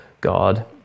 God